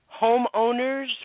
homeowners